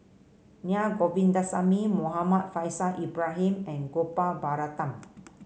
Naa Govindasamy Muhammad Faishal Ibrahim and Gopal Baratham